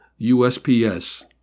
USPS